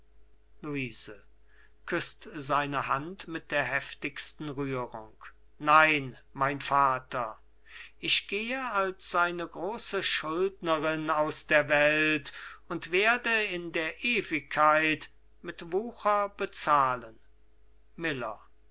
rührung nein mein vater ich gehe als seine große schuldnerin aus der welt und werde in der ewigkeit mit wucher bezahlen miller